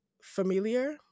familiar